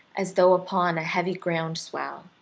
as though upon a heavy ground swell.